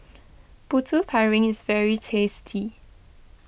Putu Piring is very tasty